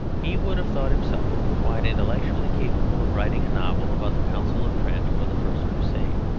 he would have thought himself quite intellectually capable of writing a novel about the council of trent or the first crusade.